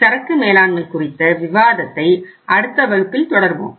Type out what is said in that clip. எனவே சரக்கு மேலாண்மை குறித்த விவாதத்தை அடுத்த வகுப்பில் தொடர்வோம்